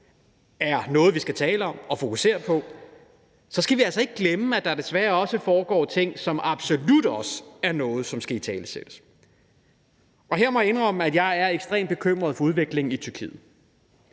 er noget, vi skal tale om og fokusere på, skal vi altså ikke glemme, at der desværre også foregår ting, som absolut også er noget, som skal italesættes. Og her må jeg indrømme, at jeg er ekstremt bekymret for udviklingen i Tyrkiet.